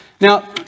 Now